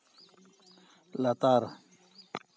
ᱞᱟᱛᱟᱨ